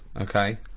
Okay